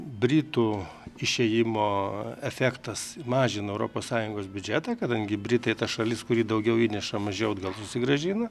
britų išėjimo efektas mažina europos sąjungos biudžetą kadangi britai ta šalis kuri daugiau įneša mažiau atgal susigrąžina